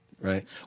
right